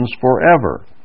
forever